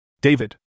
David